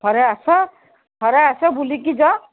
ଥରେ ଆସ ଥରେ ଆସ ବୁଲିକି ଯାଅ